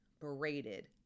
braided